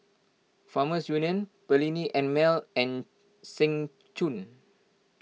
Farmers Union Perllini and Mel and Seng Choon